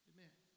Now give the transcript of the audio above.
Amen